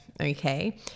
Okay